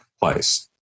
place